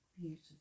beautiful